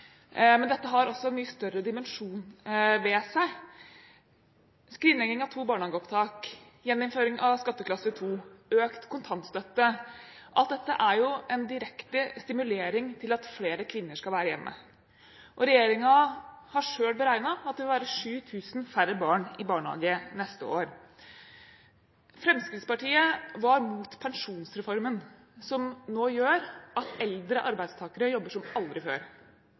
Men dette har også mye større dimensjoner ved seg. Skrinleggingen av to barnehageopptak, gjeninnføring av skatteklasse 2, økt kontantstøtte: Alt dette er jo en direkte stimulering til at flere kvinner skal være hjemme. Regjeringen har selv beregnet at det vil være 7 000 færre barn i barnehage neste år. Fremskrittspartiet var imot pensjonsreformen, som nå gjør at eldre arbeidstakere jobber som aldri før.